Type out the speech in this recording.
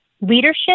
leadership